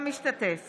אינו משתתף